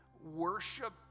worship